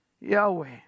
Yahweh